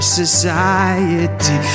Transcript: society